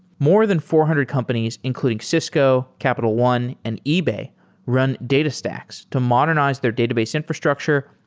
more than four hundred companies including cisco, capital one, and ebay run datastax to modernize their database infrastructure,